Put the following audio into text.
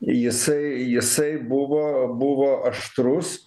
jisai jisai buvo buvo aštrus